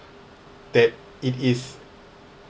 that it is